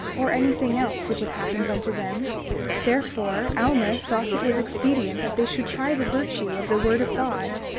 or anything else, which had happened unto them therefore alma thought it was expedient that they should try the virtue of the word of god.